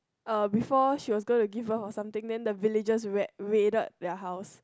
uh before she was going to give birth or something then the villagers ra~ raided their house